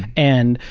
and,